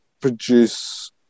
produce